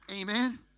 Amen